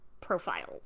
profiles